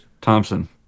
Thompson